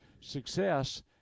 success